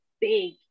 big